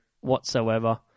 whatsoever